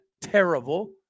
terrible